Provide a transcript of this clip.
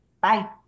Bye